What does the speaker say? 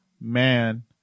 man